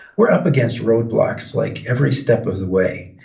we're up against roadblocks like every step of the way.